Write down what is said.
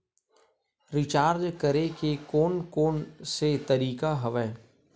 Recharge करे के कोन कोन से तरीका हवय?